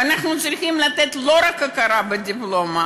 ואנחנו צריכים לתת לא רק הכרה בדיפלומה,